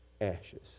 ashes